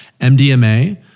MDMA